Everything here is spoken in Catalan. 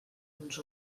uns